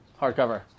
hardcover